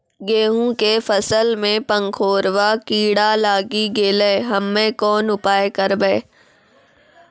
गेहूँ के फसल मे पंखोरवा कीड़ा लागी गैलै हम्मे कोन उपाय करबै?